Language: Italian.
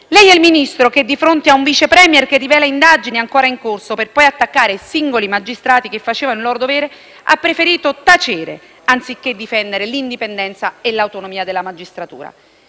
Lei è il Ministro che, di fronte a un Vice *Premier* che rivela di indagini ancora in corso per poi attaccare singoli magistrati che facevano il loro dovere, ha preferito tacere, anziché difendere l'indipendenza e l'autonomia della magistratura.